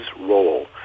role